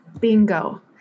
Bingo